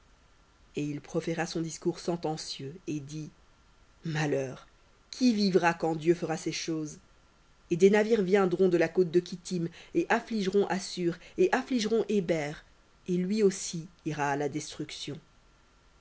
et il proféra son discours sentencieux et dit malheur qui vivra quand dieu fera ces choses et des navires viendront de la côte de kittim et affligeront assur et affligeront héber et lui aussi ira à la destruction